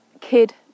Kid